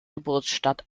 geburtsstadt